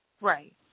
Right